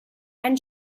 and